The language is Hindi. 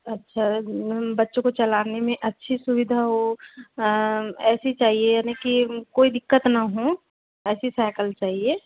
अच्छा बच्चों को चलाने में अच्छी सुविधा हो ऐसी चाहिए यानी कि कोई दिक्कत ना हो ऐसी साइकिल चाहिए